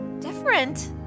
different